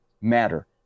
matter